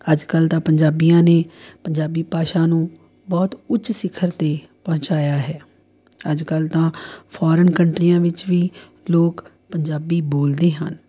ਅੱਜ ਕੱਲ੍ਹ ਤਾਂ ਪੰਜਾਬੀਆਂ ਨੇ ਪੰਜਾਬੀ ਭਾਸ਼ਾ ਨੂੰ ਬਹੁਤ ਉੱਚ ਸਿਖਰ 'ਤੇ ਪਹੁੰਚਾਇਆ ਹੈ ਅੱਜ ਕੱਲ੍ਹ ਤਾਂ ਫੌਰਨ ਕੰਟਰੀਆਂ ਵਿੱਚ ਵੀ ਲੋਕ ਪੰਜਾਬੀ ਬੋਲਦੇ ਹਨ